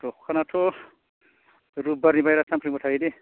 दखानाथ' रबिबारनिफ्राय सानफ्रोमबो थायो दे